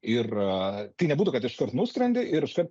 ir tai nebūtų kad iškart nuskrendi ir iškart